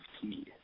key